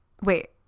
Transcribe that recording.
Wait